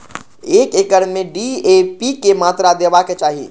एक एकड़ में डी.ए.पी के मात्रा देबाक चाही?